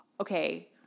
okay